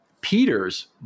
Peters